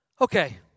Okay